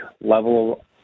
level